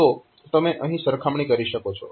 તો તમે અહીં સરખામણી કરી શકો છો